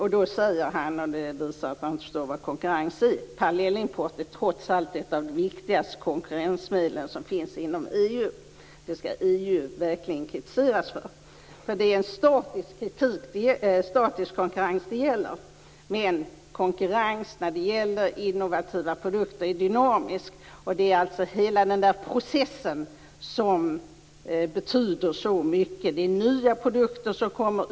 Han sade, och det visar att han inte förstår vad konkurrens är, att parallellimport trots allt är ett av de viktigaste konkurrensmedlen inom EU. Det skall EU verkligen kritiseras för. Det är en statisk konkurrens, men konkurrens när det gäller innovativa produkter är dynamisk. Det är hela den processen som betyder så mycket. Det kommer nya produkter.